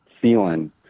feeling